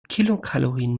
kilokalorien